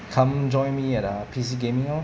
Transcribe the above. come join me at err P_C gaming lor